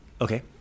Okay